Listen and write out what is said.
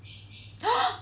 !huh!